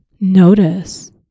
notice